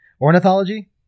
Ornithology